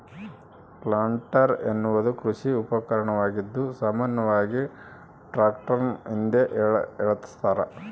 planter ಎನ್ನುವುದು ಕೃಷಿ ಉಪಕರಣವಾಗಿದ್ದು ಸಾಮಾನ್ಯವಾಗಿ ಟ್ರಾಕ್ಟರ್ನ ಹಿಂದೆ ಏಳಸ್ತರ